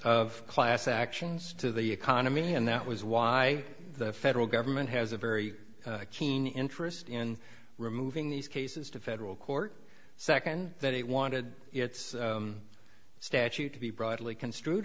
of class actions to the economy and that was why the federal government has a very keen interest in removing these cases to federal court second that it wanted its statute to be broadly construed